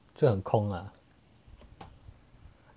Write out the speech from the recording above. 这很空啊